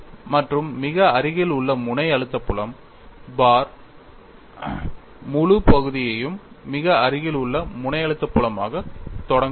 மற்றும் மிக அருகில் உள்ள முனை அழுத்த புலம் பார் முழு பகுதியும் மிக அருகில் உள்ள முனை அழுத்த புலமாக தொடங்கப்பட்டது